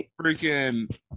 freaking